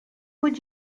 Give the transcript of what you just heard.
would